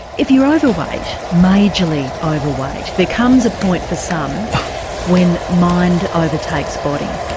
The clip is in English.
if you're overweight, majorly overweight, there comes a point for some when mind overtakes body.